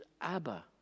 Abba